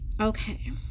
Okay